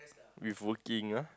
with working ah